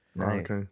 Okay